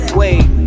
wait